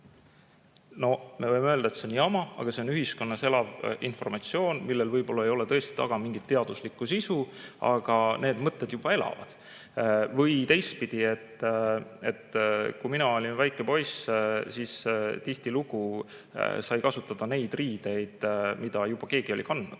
No me võime öelda, et see on jama, aga ühiskonnas levib see informatsioon, millel võib-olla ei ole tõesti mingit teaduslikku sisu, aga need mõtted juba elavad. Või teistpidi, kui mina olin väike poiss, siis tihtilugu sain ma kasutada neid riideid, mida keegi oli enne